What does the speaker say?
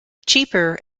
cheaper